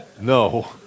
no